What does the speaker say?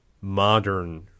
modern